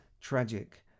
tragic